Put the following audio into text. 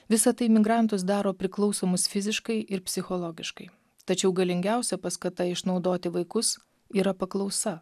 visa tai migrantus daro priklausomus fiziškai ir psichologiškai tačiau galingiausia paskata išnaudoti vaikus yra paklausa